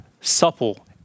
supple